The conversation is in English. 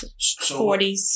40s